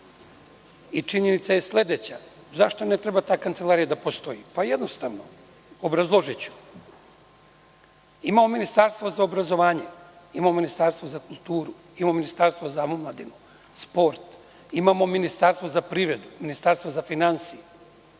Činjenica je sledeća - zašto ne treba ta kancelarija da postoji? Jednostavno, obrazložiću. Imamo Ministarstvo za obrazovanje, imamo Ministarstvo za kulturu, imamo Ministarstvo za omladinu i sport, imamo Ministarstvo za privredu, imamo Ministarstvo za finansije,